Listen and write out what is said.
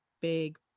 big